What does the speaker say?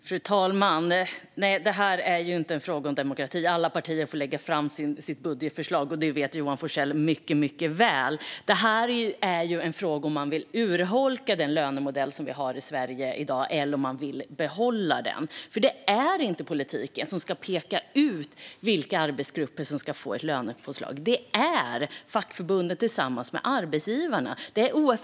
Fru talman! Nej, det här är inte en fråga om demokrati. Alla partier får lägga fram sina budgetförslag, och det vet Johan Forssell mycket väl. Det här är en fråga om huruvida man vill urholka den lönemodell som vi har i Sverige i dag eller om man vill behålla den. Det är inte politiken som ska peka ut vilka arbetsgrupper som ska få ett lönepåslag. Det är fackförbunden tillsammans med arbetsgivarna som ska göra det.